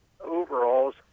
overalls